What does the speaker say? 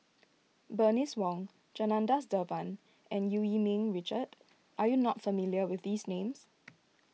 Bernice Wong Janadas Devan and Eu Yee Ming Richard are you not familiar with these names